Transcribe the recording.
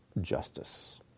justice